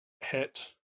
hit